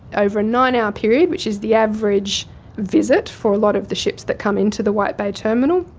over a nine hour period, which is the average visit for a lot of the ships that come into the white bay terminal,